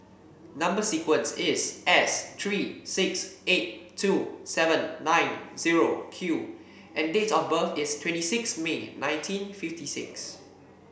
number sequence is S three six eight two seven nine zero Q and date of birth is twenty six May nineteen fifty six